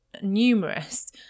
numerous